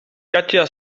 katja